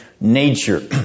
nature